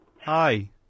Hi